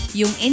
yung